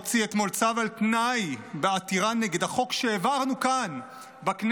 הוציא אתמול צו על תנאי בעתירה נגד החוק שהעברנו כאן בכנסת,